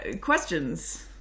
Questions